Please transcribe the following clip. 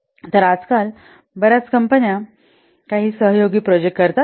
तर आजकाल बर्याच कंपन्या काही सहयोगी प्रोजेक्ट करतात